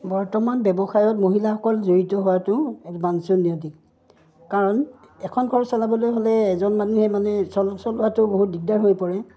বৰ্তমান ব্যৱসায়ত মহিলাসকল জড়িত হোৱাটো বাঞ্চনীয় অধিক কাৰণ এখন ঘৰ চলাবলৈ হ'লে এজন মানুহে মানে চল চলোৱাটো বহুত দিগদাৰ হৈ পৰে